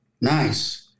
Nice